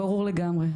ברור לגמרי.